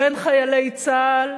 בין חיילי צה"ל